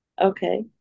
Okay